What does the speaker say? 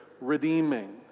redeeming